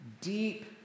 deep